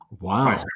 Wow